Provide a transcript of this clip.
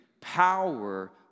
power